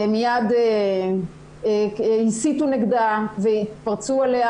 מיד הסיתו נגדה והתפרצו עליה.